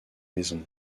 maisons